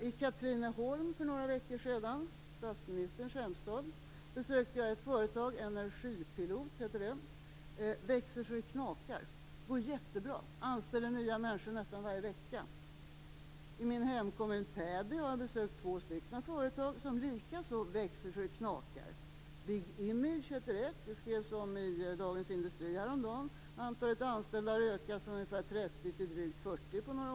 I Katrineholm, statsministerns hemstad, besökte jag för några veckor sedan ett företag som hette Energipilot. Det växer så det knakar. Det går jättebra. Det anställer nya människor nästan varje vecka. I min hemkommun Täby har jag besökt två företag som likaså växer så det knakar. Big Image heter ett. Det skrevs om det i Dagens Industri härom dagen. Antalet anställda har på några år ökat från ungefär 30 till drygt 40.